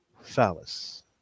phallus